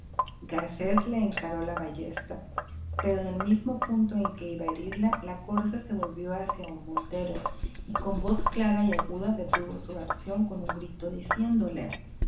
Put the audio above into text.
garcés le encaró la ballesta pero en el mismo punto en que iba a herirla la corza se volvió hacía en montero y con voz clara y aguda detuvo su acción con un grito diciéndole